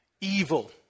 evil